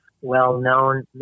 well-known